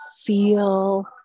feel